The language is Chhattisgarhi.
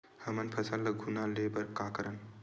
हमर फसल ल घुना ले बर का करन?